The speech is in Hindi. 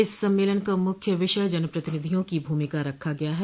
इस सम्मेलन का मुख्य विषय जन प्रतिनिधियों की भूमिका रखा गया है